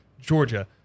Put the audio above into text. Georgia